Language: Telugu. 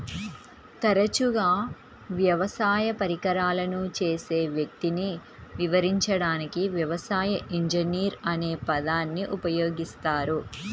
తరచుగా వ్యవసాయ పరికరాలను చేసే వ్యక్తిని వివరించడానికి వ్యవసాయ ఇంజనీర్ అనే పదాన్ని ఉపయోగిస్తారు